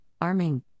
arming